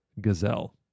Gazelle